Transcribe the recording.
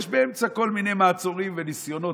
יש באמצע כל מיני מעצורים וניסיונות